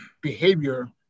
behavior